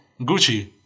Gucci